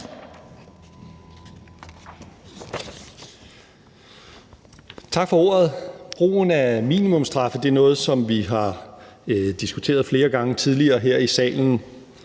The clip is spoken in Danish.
Tak for ordet. Brugen af minimumsstraffe er noget, som vi har diskuteret flere gange tidligere her i salen.